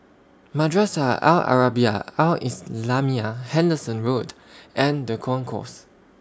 Madrasah Al Arabiah Al Islamiah Henderson Road and The Concourse